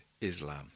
Islam